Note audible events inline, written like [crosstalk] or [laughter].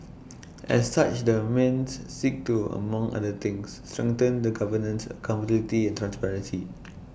[noise] as such the mends seek to among other things strengthen the governance accountability and transparency